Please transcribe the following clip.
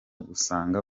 gusanga